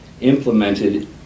implemented